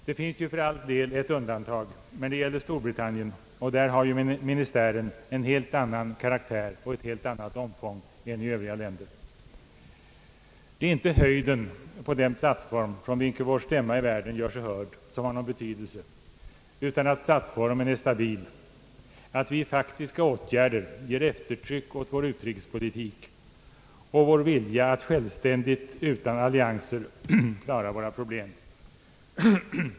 Det finns för all del ett undantag, men detta gäller Storbritannien där ministären har ett helt annat omfång och en helt annan karaktär än i övriga länder. Det är inte höjden på den plattform, från vilken vår stämma i världen gör sig hörd, som har betydelse, det viktiga är att plattformen är stabil, att vi i faktiska åtgärder ger eftertryck åt vår utrikespolitik och vår vilja att självständigt utan allianser klara våra problem.